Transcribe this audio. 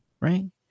Right